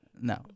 No